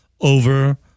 over